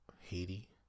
Haiti